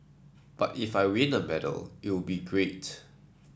but if I win a medal it would be great